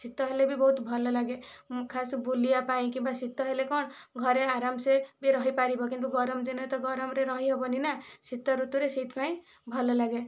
ଶୀତ ହେଲେ ବି ବହୁତ ଭଲ ଲାଗେ ଖାସ ବୁଲିବା ପାଇଁ କିମ୍ବା ଶୀତ ହେଲେ କ'ଣ ଘରେ ଆରାମ ସେ ବି ରହିପାରିବ କିନ୍ତୁ ଗରମ ଦିନରେ ତ ଗରମରେ ରହି ହେବନି ନା ଶୀତ ଋତୁରେ ସେଇଥିପାଇଁ ଭଲ ଲାଗେ